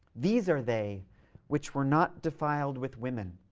these are they which were not defiled with women